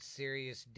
serious